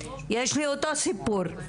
יש לי אותו סיפור.